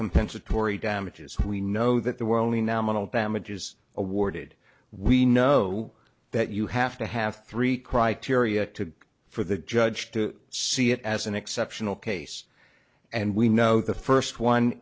compensatory damages we know that there were only nominal damages awarded we know that you have to have three criteria for the judge to see it as an sectional case and we know the first one